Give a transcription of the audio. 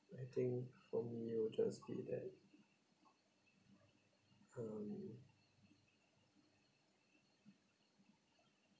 but I think for me it'll just be that um